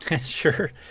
Sure